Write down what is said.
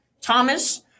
thomas